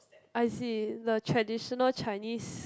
I see the traditional Chinese